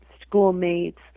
schoolmates